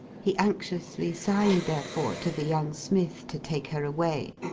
he anxiously signed, therefore, to the young smith, to take her away.